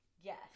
Yes